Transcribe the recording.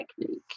technique